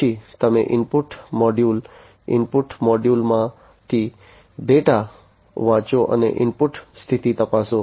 પછી તમે input module input મોડ્યુલમાંથી ડેટા વાંચો અને ઇનપુટ સ્થિતિ તપાસો